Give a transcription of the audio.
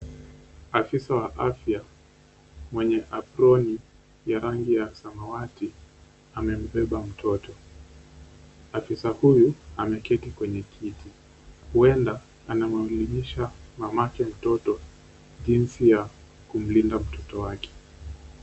Afisa wa afya mwenye aproni ya rangi ya samawati amembeba mtoto, afisa huyu ameketi kwenye kiti huenda anamwangalisha mamake mtoto jinsi ya kumlinda mtoto wake.